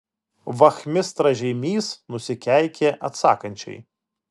vachmistra žeimys nusikeikė atsakančiai